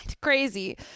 crazy